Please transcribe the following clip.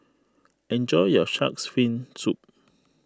enjoy your Shark's Fin Soup